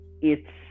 It's-